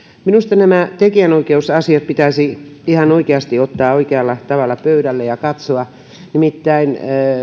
minusta nämä tekijänoikeusasiat pitäisi ihan oikeasti ottaa oikealla tavalla pöydälle ja katsoa nimittäin